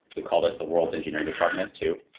we call it the world's engineering department too,